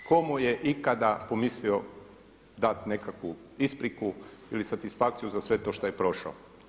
Tko mu je ikada pomislio dati nekakvu ispriku ili satisfakciju za sve to što je prošao?